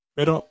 Pero